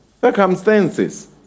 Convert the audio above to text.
circumstances